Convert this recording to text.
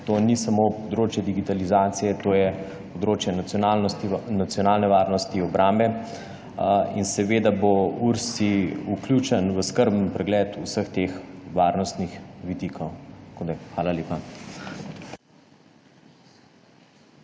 To ni samo področje digitalizacije, to je področje nacionalne varnosti, obrambe in seveda bo URSIV vključen v skrben pregled vseh teh varnostih vidikov. Tako da